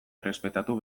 errespetatu